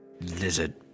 Lizard